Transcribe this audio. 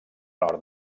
nord